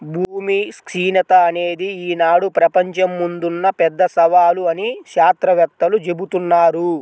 భూమి క్షీణత అనేది ఈనాడు ప్రపంచం ముందున్న పెద్ద సవాలు అని శాత్రవేత్తలు జెబుతున్నారు